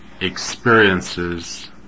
experiences